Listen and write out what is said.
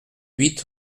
huit